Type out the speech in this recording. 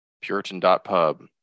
Puritan.pub